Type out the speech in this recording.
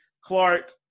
Clark